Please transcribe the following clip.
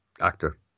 Actor